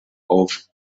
auf